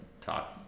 talk